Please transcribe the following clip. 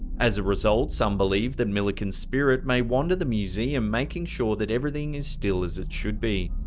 as a result, some believe that milliken's spirit may wander the museum, making sure that everything is still as it should be.